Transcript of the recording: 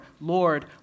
Lord